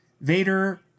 Vader